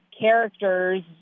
characters